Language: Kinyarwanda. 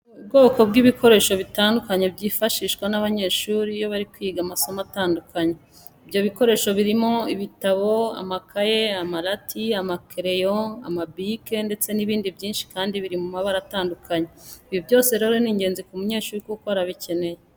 Ni ubwoko bw'ibikoresho bitandukanye byifashishwa n'abanyeshuri iyo bari kwiga amasomo atandukanye. Ibyo bikoresho birimo ibitabo, amakayi, amarati, amakereyo, amabike ndetse n'ibindi byinshi kandi biri mu mabara atandukanye. Ibi byose rero ni ingenzi ku munyeshuri kuko arabikenera.